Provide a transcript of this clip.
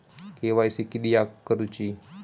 KYC किदयाक करूची?